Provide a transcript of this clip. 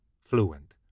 fluent